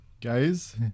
Guys